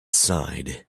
sighed